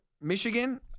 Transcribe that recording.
Michigan